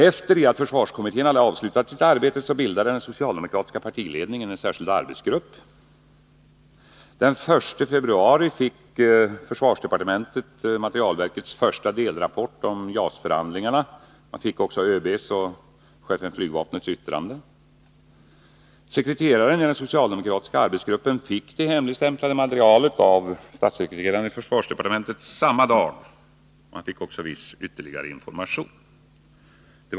Efter det att försvarskommittén hade avslutat sitt arbete bildade den socialdemokratiska partiledningen en särskild arbetsgrupp. Den 1 februari fick försvarsdepartementet materielverkets första delrapport om JAS-förhandlingarna. Man fick också ÖB:s och chefens för flygvapnet yttranden. Sekreteraren i den socialdemokratiska arbetsgruppen fick det hemligstämplade materialet av statssekreteraren i försvarsdepartementet samma dag, och man fick också viss ytterligare information.